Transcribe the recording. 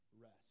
rest